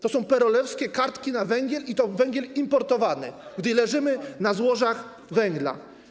To są PRL-owskie kartki na węgiel, i to węgiel importowany, gdy leżymy na złożach węgla.